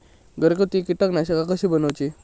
घरगुती कीटकनाशका कशी बनवूची?